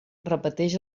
repeteix